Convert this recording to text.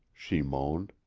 she moaned.